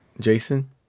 jason